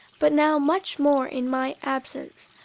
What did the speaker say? but now much more in my absence,